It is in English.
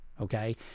okay